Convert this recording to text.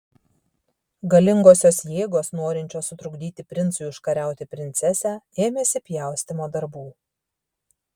galingosios jėgos norinčios sutrukdyti princui užkariauti princesę ėmėsi pjaustymo darbų